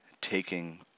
taking